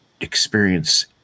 experience